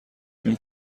این